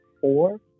four